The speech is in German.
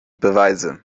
beweise